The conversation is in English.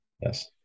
Yes